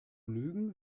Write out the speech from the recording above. lügen